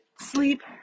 sleep